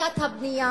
הפסקת הבנייה